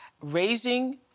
raising